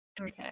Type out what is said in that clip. Okay